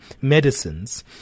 medicines